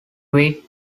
quit